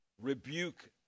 rebuke